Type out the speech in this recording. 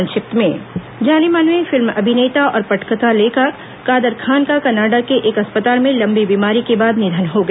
संक्षिप्त समाचार जानेमाने फिल्म अभिनेता और पटकथा लेखक कादर खान का कनाडा के एक अस्पताल में लम्बी बीमारी के बाद निधन हो गया